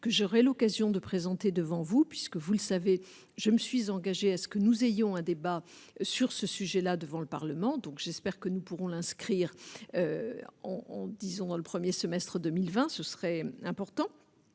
que j'aurai l'occasion de présenter devant vous, puisque vous le savez, je me suis engagé à ce que nous ayons un débat sur ce sujet là, devant le parlement, donc j'espère que nous pourrons l'inscrire, on on dise on a le 1er semestre 2020 ce serait important